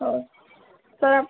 ହେଉ ସାର୍